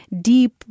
deep